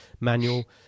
manual